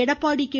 Edappadi K